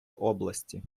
області